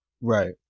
Right